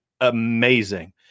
amazing